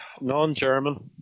Non-German